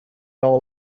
all